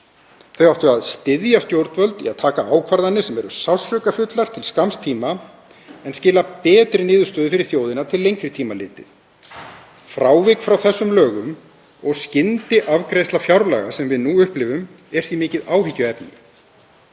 Þau áttu að styðja stjórnvöld í að taka ákvarðanir sem eru sársaukafullar til skamms tíma en skila betri niðurstöðu fyrir þjóðina til lengri tíma litið. Frávik frá þessum lögum og skyndiafgreiðsla fjárlaga sem við nú upplifum er því mikið áhyggjuefni.